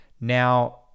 Now